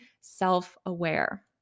self-aware